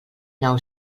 nou